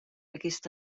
aquest